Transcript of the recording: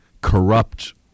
corrupt